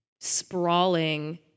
sprawling